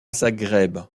zagreb